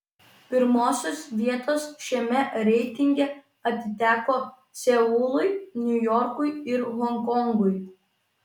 pirmosios vietos šiame reitinge atiteko seului niujorkui ir honkongui